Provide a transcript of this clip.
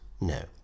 No